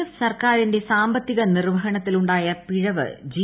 F സർക്കാരിന്റെ സാമ്പത്തിക നിർവ്വഹണത്തിൽ പിഴവ് ജി